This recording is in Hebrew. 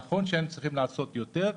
נכון שהיינו צריכים לעשות יותר,